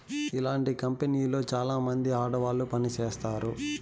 ఇలాంటి కంపెనీలో చాలామంది ఆడవాళ్లు పని చేత్తారు